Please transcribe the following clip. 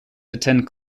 attend